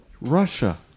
Russia